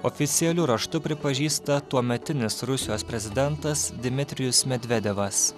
oficialiu raštu pripažįsta tuometinis rusijos prezidentas dmitrijus medvedevas